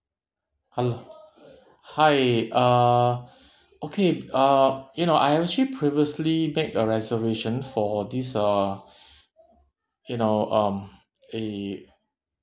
hello hi uh okay uh you know I actually previously made a reservation for this uh you know um a